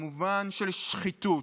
וכמובן של שחיתות.